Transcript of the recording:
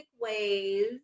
ways